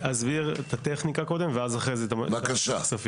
אני אסביר קודם את הטכניקה ואז את הכספים.